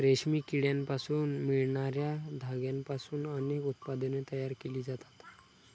रेशमी किड्यांपासून मिळणार्या धाग्यांपासून अनेक उत्पादने तयार केली जातात